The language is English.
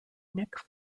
nick